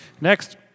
Next